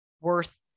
worth